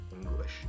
English